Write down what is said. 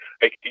hey